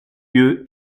lieu